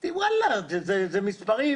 אמרתי: וואלה, זה מספרים